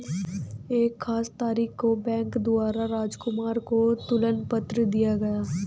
एक खास तारीख को बैंक द्वारा राजकुमार को तुलन पत्र दिया गया